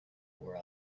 were